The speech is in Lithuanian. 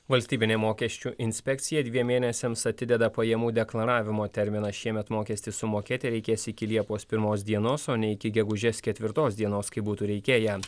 valstybinė mokesčių inspekcija dviem mėnesiams atideda pajamų deklaravimo terminą šiemet mokestį sumokėti reikės iki liepos pirmos dienos o ne iki gegužės ketvirtos dienos kaip būtų reikėję